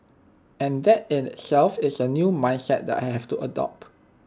and that in itself is A new mindset that I have to adopt